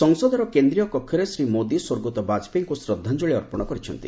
ସଂସଦର କେନ୍ଦ୍ରୀୟ କକ୍ଷରେ ଶ୍ରୀ ମୋଦୀ ସ୍ୱର୍ଗତ ବାଜପେୟୀଙ୍କୁ ଶ୍ରଦ୍ଧାଞ୍ଜଳି ଅର୍ପଣ କରିଛନ୍ତି